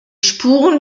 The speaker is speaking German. spuren